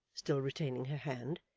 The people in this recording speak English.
still retaining her hand,